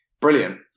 Brilliant